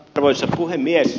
arvoisa puhemies